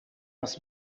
was